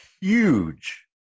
huge